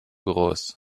groß